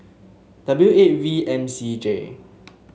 W eight V M C J